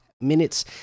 minutes